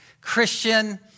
Christian